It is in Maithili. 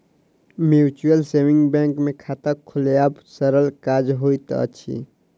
म्यूचुअल सेविंग बैंक मे खाता खोलायब सरल काज होइत अछि